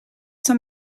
some